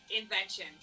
invention